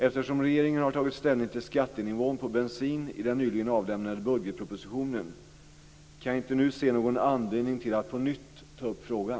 Eftersom regeringen har tagit ställning till skattenivån på bensin i den nyligen avlämnade budgetpropositionen kan jag inte nu se någon anledning till att på nytt ta upp frågan.